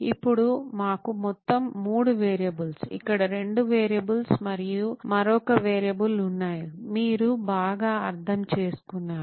ఇప్పుడు మాకు మొత్తం మూడు వేరియబుల్స్ ఇక్కడ రెండు వేరియబుల్స్ మరియు మరొక వేరియబుల్ ఉన్నాయి మీరు బాగా అర్థం చేసుకున్నారు